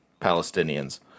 Palestinians